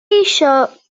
eisiau